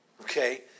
okay